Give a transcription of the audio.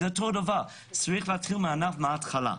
צריך להתחיל מהתחלה.